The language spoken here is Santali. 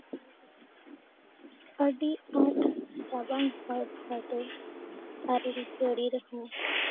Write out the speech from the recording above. ᱟᱹᱰᱤ ᱟᱸᱴ ᱨᱟᱵᱟᱝ ᱦᱚᱭ ᱵᱷᱟᱨᱰᱩ ᱟᱨᱮᱞ ᱡᱟᱹᱲᱤ ᱨᱮᱦᱚᱸ